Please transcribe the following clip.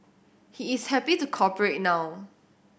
he is happy to cooperate now